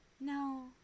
no